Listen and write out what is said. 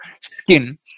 skin